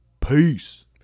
Peace